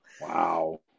Wow